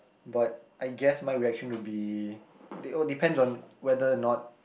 but I guess my reaction would be they all depends on whether or not